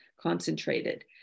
concentrated